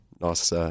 Nice